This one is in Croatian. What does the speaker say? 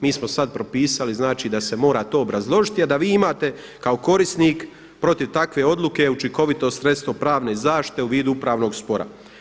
Mi smo sada propisali da se mora to obrazložiti, a da vi imate kao korisnik protiv takve odluke učinkovito sredstvo pravne zaštite u vidu upravnog spora.